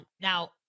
now